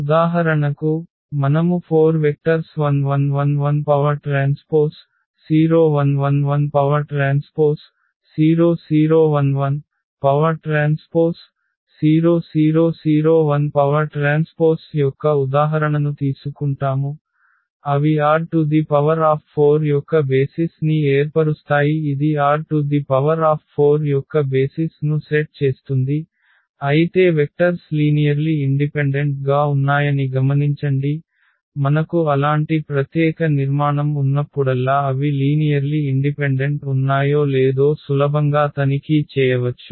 ఉదాహరణకు మనము 4 vectors 1111T0111T0011T0001T యొక్క ఉదాహరణను తీసుకుంటాము అవి R4 యొక్క బేసిస్ ని ఏర్పరుస్తాయి ఇది R4 యొక్క బేసిస్ ను సెట్ చేస్తుంది అయితే వెక్టర్స్ లీనియర్లి ఇండిపెండెంట్ గా ఉన్నాయని గమనించండి మనకు అలాంటి ప్రత్యేక నిర్మాణం ఉన్నప్పుడల్లా అవి లీనియర్లి ఇండిపెండెంట్ ఉన్నాయో లేదో సులభంగా తనిఖీ చేయవచ్చు